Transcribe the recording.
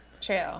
True